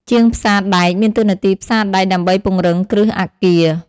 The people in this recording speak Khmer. ជាងផ្សារដែកមានតួនាទីផ្សារដែកដើម្បីពង្រឹងគ្រឹះអគារ។